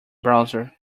browser